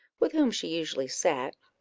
with whom she usually sat,